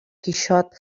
quixot